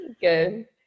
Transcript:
Good